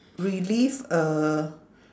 relive a